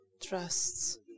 trusts